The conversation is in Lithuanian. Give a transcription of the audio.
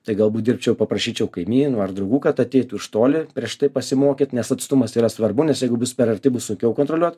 tai galbūt dirbčiau paprašyčiau kaimynų ar draugų kad ateitų iš toli prieš tai pasimokyt nes atstumas yra svarbu nes jeigu bus per arti bus sunkiau kontroliuot